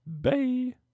Bye